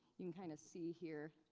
you can kind of see here.